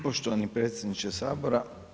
Poštovani predsjedniče Sabora.